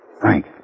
Frank